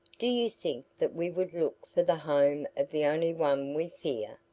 do you think that we would look for the home of the only one we fear?